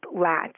latch